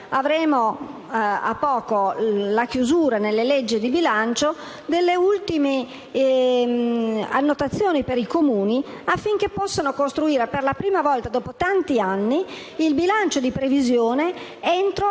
poco vi sarà la chiusura nella legge di bilancio delle ultime annotazioni per i Comuni, affinché possano costruire, per la prima volta dopo tanti anni, il bilancio di previsione al